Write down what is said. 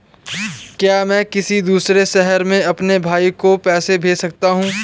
क्या मैं किसी दूसरे शहर में अपने भाई को पैसे भेज सकता हूँ?